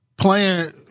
Playing